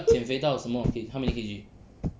你要减肥到什么 okay how many K_G